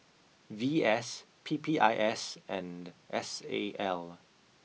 V S P P I S and S A L